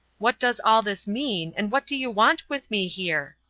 what does all this mean, and what do you want with me here?